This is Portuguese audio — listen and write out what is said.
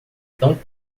tão